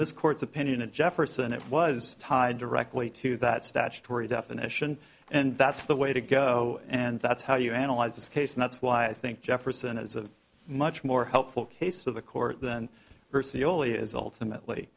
this court's opinion and jefferson it was tied directly to that statutory definition and that's the way to go and that's how you analyze this case and that's why i think jefferson is a much more helpful case for the court than percy only is ultimately